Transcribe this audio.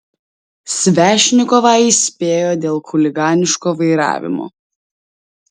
svešnikovą įspėjo dėl chuliganiško vairavimo